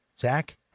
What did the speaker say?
Zach